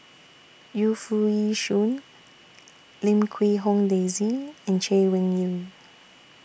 Yu Foo Yee Shoon Lim Quee Hong Daisy and Chay Weng Yew